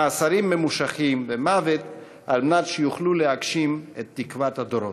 מאסרים ממושכים ועד מוות על מנת שיוכלו להגשים את תקוות הדורות.